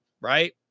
right